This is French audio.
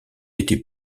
été